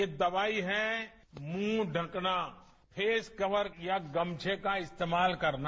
ये दवाई है मुंह ढ़कना फेसकवर या गमछे का इस्तेमाल करना